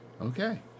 Okay